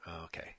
Okay